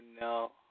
no